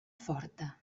forta